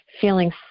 feeling